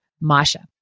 Masha